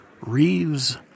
Reeves